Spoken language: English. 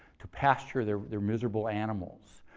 to pasture their their miserable animals.